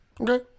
Okay